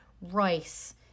rice